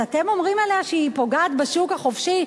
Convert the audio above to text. אז אתם אומרים עליה שהיא פוגעת בשוק החופשי,